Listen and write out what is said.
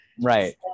Right